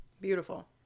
Beautiful